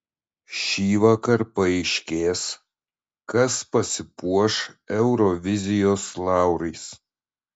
šįvakar paaiškės kas pasipuoš eurovizijos laurais